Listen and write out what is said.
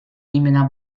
имена